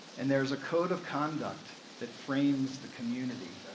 and there's a code of conduct that frames the community.